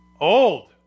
old